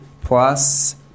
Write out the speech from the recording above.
plus